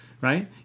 right